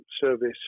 service